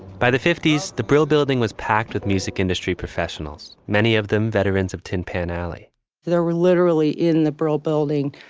by the fifty s, the brill building was packed with music industry professionals, many of them veterans of tin pan alley there were literally in the brill building,